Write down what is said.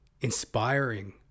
inspiring